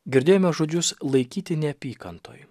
girdėjome žodžius laikyti neapykantoj